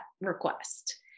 request